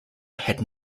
had